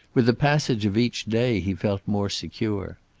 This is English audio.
with the passage of each day he felt more secure.